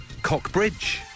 Cockbridge